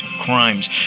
crimes